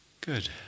Good